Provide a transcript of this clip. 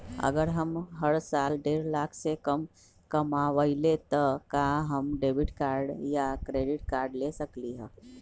अगर हम हर साल डेढ़ लाख से कम कमावईले त का हम डेबिट कार्ड या क्रेडिट कार्ड ले सकली ह?